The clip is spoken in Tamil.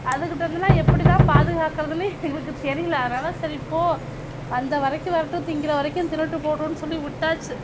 அதுக்கிட்ட இருந்து எல்லாம் எப்படி தான் பாதுகாக்கறதுனே எங்களுக்கு தெரியல அதனால் சரி போ வந்த வரைக்கும் வரட்டும் திங்கிற வரைக்கும் தின்றுட்டு போட்டுன்னு சொல்லி விட்டாச்சு